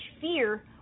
fear